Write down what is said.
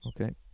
okay